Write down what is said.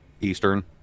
Eastern